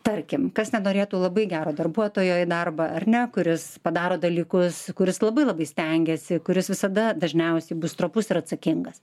tarkim kas nenorėtų labai gero darbuotojo į darbą ar ne kuris padaro dalykus kuris labai labai stengiasi kuris visada dažniausiai bus trapus ir atsakingas